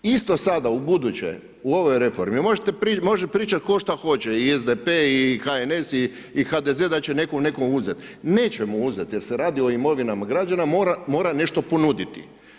Isto sada, u buduće u ovoj reformi može pričat tko šta hoće i SDP, HNS, HDZ da će netko nekom uzet, neće mu uzet jer se radi o imovinama građana, mora nešto ponuditi.